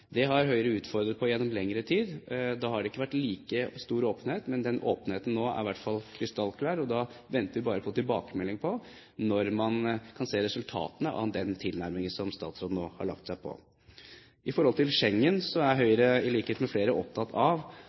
Det har Høyre utfordret på gjennom lengre tid. Det har ikke vært like stor åpenhet, men åpenheten nå er i hvert fall krystallklar, og da venter vi bare på tilbakemeldinger på når man kan se resultatene av den tilnærmingen statsråden nå har lagt seg på. Når det gjelder Schengen, er Høyre i likhet med flere opptatt av